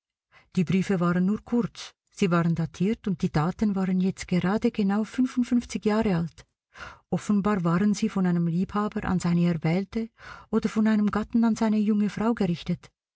die briefe waren nur kurz sie waren datiert und die daten waren jetzt gerade genau jahre alt offenbar waren sie von einem liebhaber an seine erwählte oder von einem gatten an seine junge frau gerichtet